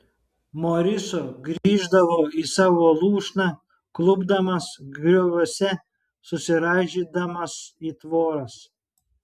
moriso grįždavo į savo lūšną klupdamas grioviuose susiraižydamas į tvoras